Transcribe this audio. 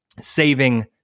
saving